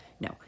No